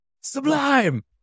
sublime